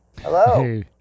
Hello